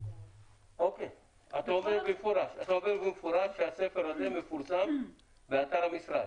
אתה אומר במפורש שהספר הזה מפורסם באתר המשרד.